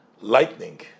lightning